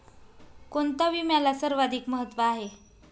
कोणता विम्याला सर्वाधिक महत्व आहे?